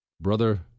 brother